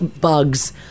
bugs